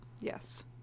Yes